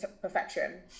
perfection